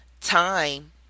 time